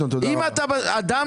אדם